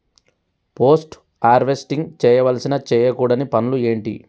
Post harvesting చేయవలసిన చేయకూడని పనులు ఏంటి?